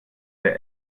der